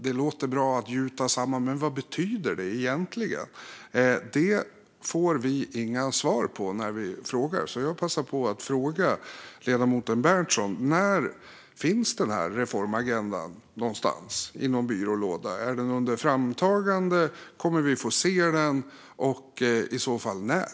Det låter bra att gjuta samman, men vad betyder det egentligen? Det får vi inga svar på när vi frågar. Jag passar därför på att fråga ledamoten Berntsson när den här reformagendan kommer att finnas. Ligger den i någon byrålåda? Är den under framtagande? Kommer vi att få se den, och i så fall när?